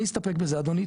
אני אסתפק בזה אדוני,